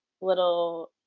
little